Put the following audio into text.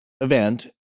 event